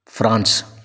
France